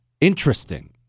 interesting